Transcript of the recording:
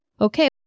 Okay